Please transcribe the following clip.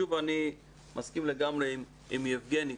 אני מסכים לגמרי עם יבגני.